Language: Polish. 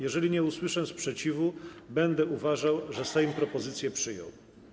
Jeżeli nie usłyszę sprzeciwu, będę uważał, że Sejm propozycję przyjął.